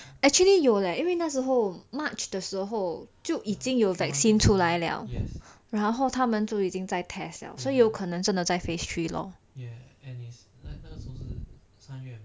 actually 有 leh 因为那时候 march 的时候就已经有 vaccine 出来了然后他们就已经在 test liao 所以真的有可能在 phase three